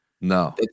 No